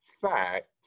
fact